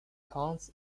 counts